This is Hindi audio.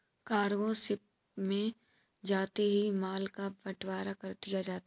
कार्गो शिप में जाते ही माल का बंटवारा कर दिया जाता है